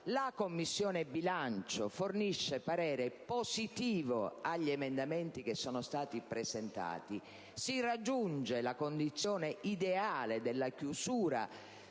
la Commissione bilancio fornisce quindi parere positivo agli emendamenti che sono stati presentati; si raggiunge la condizione ideale della chiusura